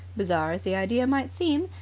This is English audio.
bizarre as the idea might seem,